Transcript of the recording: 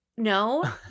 No